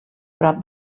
prop